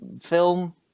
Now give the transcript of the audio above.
film